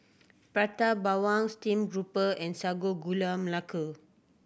Prata Bawang steamed grouper and Sago Gula Melaka